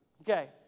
Okay